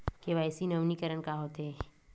KYC नवीनीकरण का होथे?